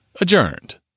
adjourned